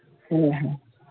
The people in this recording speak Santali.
ᱦᱮᱸ ᱦᱮᱸ